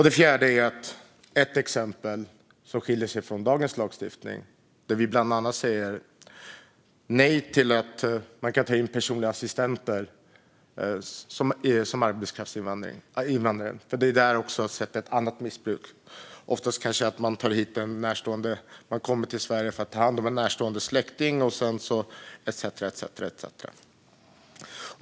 Det fjärde är ett exempel som skiljer sig från dagens lagstiftning, där vi bland annat säger nej till att man ska kunna ta in personliga assistenter som arbetskraftsinvandrare. Där har vi sett ett annat missbruk, oftast kanske att man tar hit en närstående, att någon kommer till Sverige för att ta hand om en närstående släkting etcetera.